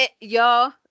y'all